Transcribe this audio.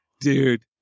dude